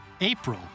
April